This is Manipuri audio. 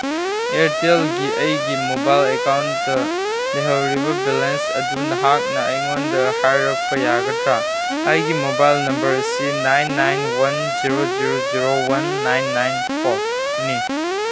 ꯑꯦꯌꯔꯇꯦꯜꯒꯤ ꯑꯩꯒꯤ ꯃꯣꯕꯥꯏꯜ ꯑꯦꯀꯥꯎꯟꯇ ꯂꯩꯍꯧꯔꯤꯕ ꯕꯦꯂꯦꯟꯁ ꯑꯗꯨ ꯅꯍꯥꯛꯅ ꯑꯩꯉꯣꯟꯗ ꯍꯥꯏꯔꯛꯄ ꯌꯥꯒꯗ꯭ꯔꯥ ꯑꯩꯒꯤ ꯃꯣꯕꯥꯏꯜ ꯅꯝꯕꯔ ꯑꯁꯤ nine nine one zero zero zero one nine nine ꯐꯣꯔꯅꯤ